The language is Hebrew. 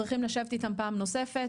אנחנו צריכים לשבת איתם פעם נוספת.